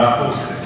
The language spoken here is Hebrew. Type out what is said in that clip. מאה אחוז.